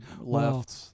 left